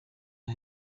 aho